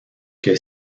que